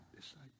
disciple